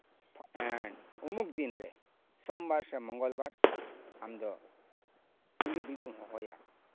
ᱮᱜ ᱩᱢᱩᱠ ᱫᱤᱱᱨᱮ ᱥᱚᱢᱵᱟᱨ ᱥᱮ ᱢᱚᱝᱜᱚᱞ ᱵᱟᱨ ᱟᱢ ᱫᱚ ᱠᱩᱞᱦᱤ ᱫᱩᱲᱩᱵ ᱮᱢ ᱦᱚᱦᱚᱭᱟ